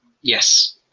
yes